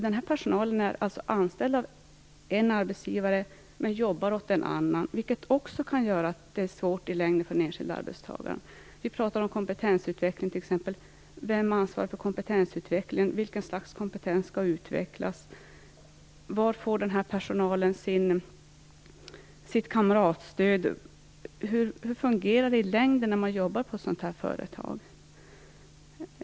Denna personal är alltså anställd av en arbetsgivare men jobbar åt en annan, vilket också gör att det kan vara svårt i längden för den enskilda arbetstagaren. Vi talar om t.ex. kompetensutveckling. Vem ansvarar för kompetensutveckling? Vilket slags kompetens skall utvecklas? Varifrån får denna personal sitt kamratstöd? Hur fungerar det i längden när man jobbar i ett sådant företag?